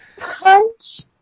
punch